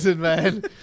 man